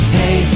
hey